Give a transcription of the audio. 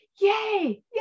yay